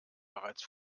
bereits